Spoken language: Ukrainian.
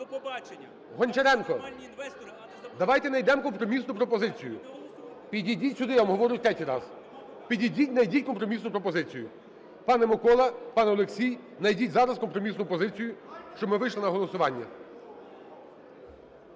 Гончаренко! Давайте найдемо компромісну пропозицію. Підійдіть сюди, я вам говорю третій раз. Підійдіть, найдіть компромісну пропозицію. Пане Микола, пане Олексій, найдіть зараз компромісну позицію, щоб ми вийшли на голосування.